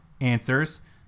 answers